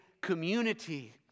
community